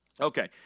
okay